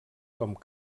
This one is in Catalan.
com